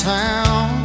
town